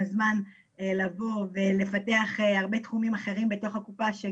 את הזמן לבוא ולפתח הרבה תחומים אחרים בתוך קופת החולים עצמה,